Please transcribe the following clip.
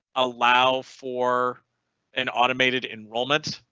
allow for an automated enrollment,